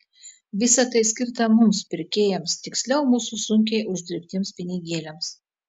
visa tai skirta mums pirkėjams tiksliau mūsų sunkiai uždirbtiems pinigėliams